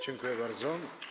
Dziękuję bardzo.